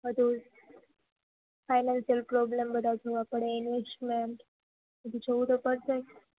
બધું financial problem બધા જોવા પડે ઈન્વેસ્ટમેન્ટ બધું જોવું તો પડસે